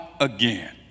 again